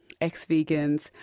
ex-vegans